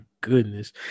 goodness